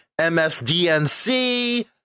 MSDNC